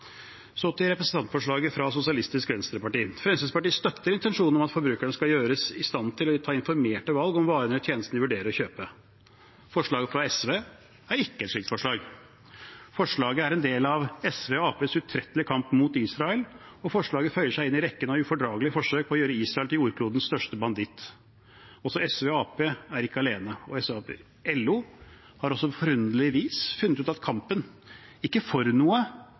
Så til representantforslaget fra Sosialistisk Venstreparti. Fremskrittspartiet støtter intensjonen om at forbrukerne skal gjøres i stand til å ta informerte valg om varen eller tjenesten de vurderer å kjøpe. Forslaget fra SV er ikke et slikt forslag. Forslaget er en del av SV og Arbeiderpartiets utrettelige kamp mot Israel, og det føyer seg inn i rekken av ufordragelige forsøk på å gjøre Israel til jordklodens største banditt. Og SV og Arbeiderpartiet er ikke alene. LO har også på forunderlig vis funnet ut at kampen – ikke for noe,